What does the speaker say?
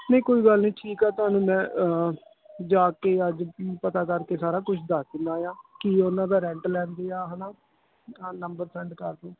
ਨਹੀਂ ਕੋਈ ਗੱਲ ਨਹੀਂ ਠੀਕ ਆ ਤੁਹਾਨੂੰ ਮੈਂ ਜਾ ਕੇ ਅੱਜ ਪਤਾ ਕਰਕੇ ਸਾਰਾ ਕੁਛ ਦੱਸ ਦਿੰਦਾ ਹਾਂ ਕੀ ਉਹਨਾਂ ਦਾ ਰੈਂਟ ਲੈਂਦੇ ਆ ਹੈ ਨਾ ਹਾਂ ਨੰਬਰ ਸੈਂਡ ਕਰਦੂੰ